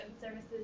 Services